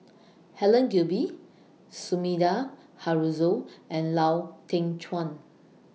Helen Gilbey Sumida Haruzo and Lau Teng Chuan